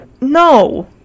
no